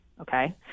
okay